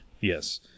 Yes